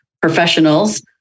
professionals